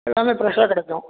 எல்லாமே ஃப்ரெஷ்ஷாக கிடைக்கும்